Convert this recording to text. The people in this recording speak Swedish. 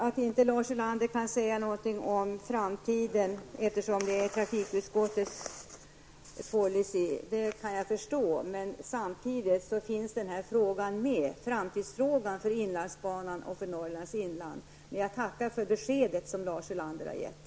Att Lars Ulander inte kan säga någonting om framtiden, eftersom det är trafikutskottets bord, kan jag förstå. Samtidigt finns framtidsfrågan för inlandsbanan och Norrlands inland med i bilden. Jag tackar ändå för det besked som Lars Ulander har gett.